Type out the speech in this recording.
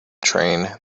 train